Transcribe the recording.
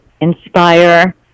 inspire